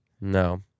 No